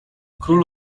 król